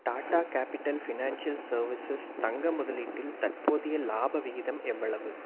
tata capital financial services தங்க முதலீட்டில் தற்போதைய லாப விகிதம் எவ்வளவு